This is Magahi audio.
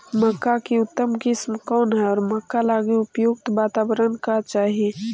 मक्का की उतम किस्म कौन है और मक्का लागि उपयुक्त बाताबरण का चाही?